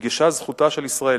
הודגשה זכותה של ישראל,